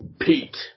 Pete